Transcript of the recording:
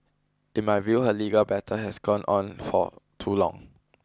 in my view her legal battle has gone on for too long